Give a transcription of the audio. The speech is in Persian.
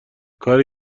کاری